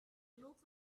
looks